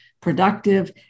productive